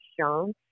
shown